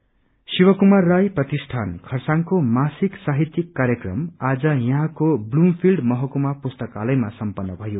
साहित्य संगार शिवकूमार राई प्रतिष्ठान खरसाङको मासिक साहितियक कार्यक्रम आज यहाँको क्लूमफिल्ड महकूमा पुस्तकालयमा सम्पन्न भयो